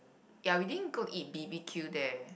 ya we didn't go to eat B_B_Q there